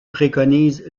préconise